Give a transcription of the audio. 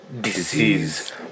disease